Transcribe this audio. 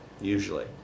Usually